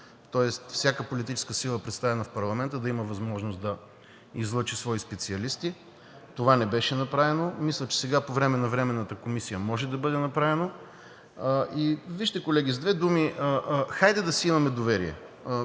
Тоест всяка политическа сила, представена в парламента, да има възможност да излъчи свои специалисти – това не беше направено. Мисля, че сега по време на Временната комисия може да бъде направено. Вижте, колеги, с две думи: хайде да си имаме доверие.